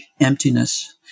emptiness